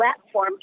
platform